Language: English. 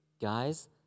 guys